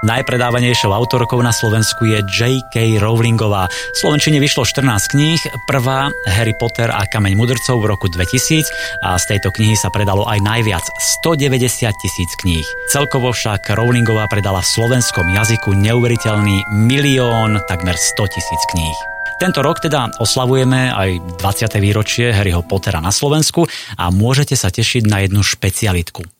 Najpredávanejšou autorkou na Slovensku je J.K. Rowlingová. V Slovenčine vyšlo 14 kníh, prvá, Harry Potter a kameň mudrcov v roku 2000, a z tejto knihy sa predalo aj najviac 190 tisíc kníh. Celkovo však Rowlingová predala v slovenskom jazyku neuveriteľný milión takmer 100 tisíc kníh. Tento rok teda oslavujeme aj 20. výročie Harryho Pottera na Slovensku a môžete sa tešiť na jednu špecialitku.